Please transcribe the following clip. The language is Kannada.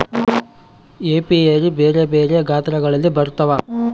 ಏಪಿಯರಿ ಬೆರೆ ಬೆರೆ ಗಾತ್ರಗಳಲ್ಲಿ ಬರುತ್ವ